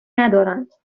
ندارند